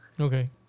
Okay